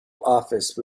office